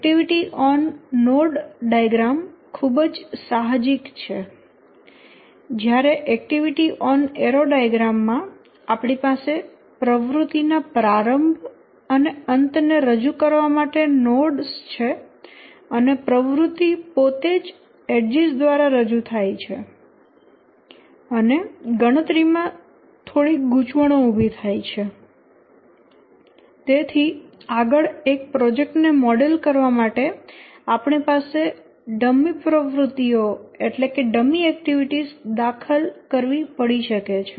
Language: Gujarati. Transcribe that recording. એક્ટિવિટી ઓન નોડ ડાયાગ્રામ ખૂબ જ સાહજિક છે જ્યારે એક્ટિવિટી ઓન એરો ડાયાગ્રામ માં આપણી પાસે પ્રવૃત્તિ ના પ્રારંભ અને અંતને રજૂ કરવા માટે નોડ્સ છે અને પ્રવૃત્તિ પોતે જ એડ઼જીસ દ્વારા રજૂ થાય છે અને ગણતરીમાં થોડી ગૂંચવણો ઉભી થાય છે અને તેથી આગળ એક પ્રોજેક્ટ ને મોડેલ કરવા માટે આપણે ડમી પ્રવૃત્તિઓ દાખલ કરવી પડી શકે છે